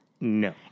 No